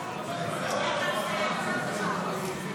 התשפ"ג 2023, לא נתקבלה.